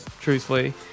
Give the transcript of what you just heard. Truthfully